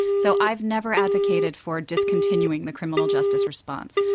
so i've never advocated for discontinuing the criminal justice response.